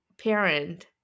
parent